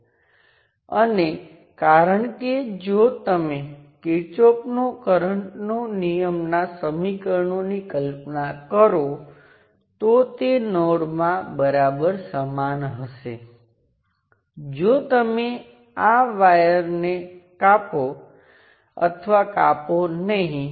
ચાલો હું આ સર્કિટ લઉં અને સ્વતંત્ર સ્ત્રોતને શૂન્ય છે તો હું સર્કિટમાં રેઝિસ્ટન્સને કેવી રીતે માપીશ એક છેડો અને પ્રાઈમ છેડાં વચ્ચે હું આ રીતે Vtest લાગુ કરીશ અને Itest ને માપીશ અથવા હું Itest લાગુ કરીશ અને Vtest ને માપીશ